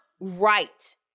right